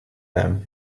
them